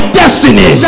destiny